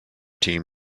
team